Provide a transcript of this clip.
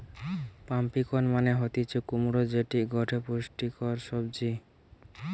pumpkin মানে হতিছে কুমড়ো যেটি গটে পুষ্টিকর সবজি